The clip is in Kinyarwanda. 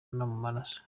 maraso